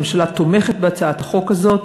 הממשלה תומכת בהצעת החוק הזאת,